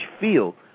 feel